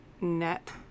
net